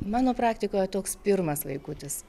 mano praktikoje toks pirmas vaikutis